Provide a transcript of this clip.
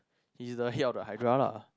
he's the head of the hydra lah